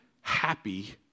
happy